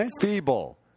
Feeble